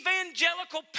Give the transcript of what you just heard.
evangelical